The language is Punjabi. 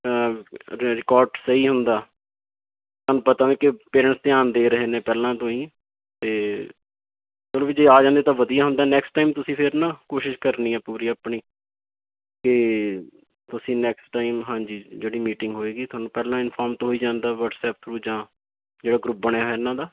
ਰਿ ਰਿਕੋਡ ਸਹੀ ਹੁੰਦਾ ਸਾਨੂੰ ਪਤਾ ਵੀ ਕਿ ਪੇਰੈਂਟਸ ਧਿਆਨ ਦੇ ਰਹੇ ਨੇ ਪਹਿਲਾਂ ਤੋਂ ਹੀ ਅਤੇ ਚਲੋ ਵੀ ਜੇ ਆ ਜਾਂਦੇ ਤਾਂ ਵਧੀਆ ਹੁੰਦਾ ਨੈਕਸਟ ਟਾਈਮ ਤੁਸੀਂ ਫਿਰ ਨਾ ਕੋਸ਼ਿਸ਼ ਕਰਨੀ ਹੈ ਪੂਰੀ ਆਪਣੀ ਕਿ ਤੁਸੀਂ ਨੈਕਸਟ ਟਾਈਮ ਹਾਂਜੀ ਜਿਹੜੀ ਮੀਟਿੰਗ ਹੋਏਗੀ ਤੁਹਾਨੂੰ ਪਹਿਲਾਂ ਇਨਫੋਰਮ ਤਾਂ ਹੋ ਹੀ ਜਾਂਦਾ ਵਟਸਐਪ ਥਰੂ ਜਾਂ ਜਿਹੜਾ ਗਰੁੱਪ ਬਣਿਆ ਹੋਇਆ ਇਹਨਾਂ ਦਾ